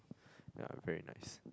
yeah very nice